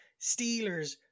Steelers